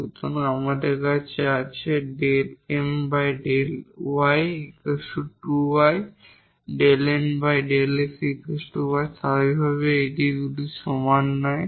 সুতরাং আমাদের আছে সুতরাং স্বাভাবিকভাবেই এই দুটি সমান নয়